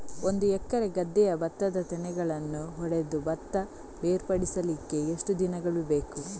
ಒಂದು ಎಕರೆ ಗದ್ದೆಯ ಭತ್ತದ ತೆನೆಗಳನ್ನು ಹೊಡೆದು ಭತ್ತ ಬೇರ್ಪಡಿಸಲಿಕ್ಕೆ ಎಷ್ಟು ದಿನಗಳು ಬೇಕು?